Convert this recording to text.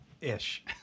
Ish